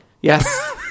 Yes